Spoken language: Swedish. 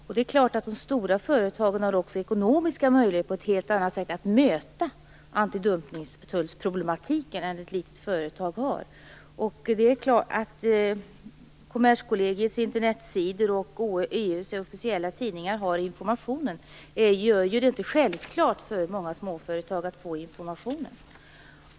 De stora företagen har också på ett helt annat sätt ekonomiska möjligheter att möta problematiken med antidumpningstullar än vad ett litet företag har. Att Kommerskollegiets internetsidor och EU:s officiella tidningar har informationen gör det inte självklart att de små företagen får den.